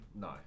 No